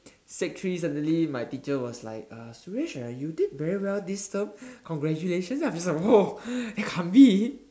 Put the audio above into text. sec three suddenly my teacher was like uh Suresh ah you did very well this term congratulations I'm just like !whoa! I mean